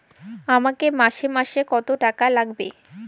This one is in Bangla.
আমাকে মাসে মাসে কত টাকা লাগবে?